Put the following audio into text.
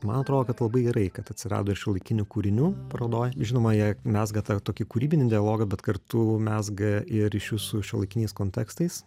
man atrodo kad labai gerai kad atsirado ir šiuolaikinių kūrinių parodoj žinoma jie mezga tą tokį kūrybinį dialogą bet kartu mezga ir ryšius su šiuolaikiniais kontekstais